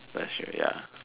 that's true ya